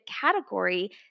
category